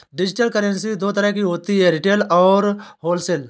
digital currency दो तरह की होती है रिटेल और होलसेल